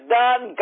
done